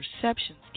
perceptions